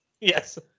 Yes